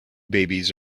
babies